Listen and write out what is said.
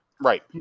Right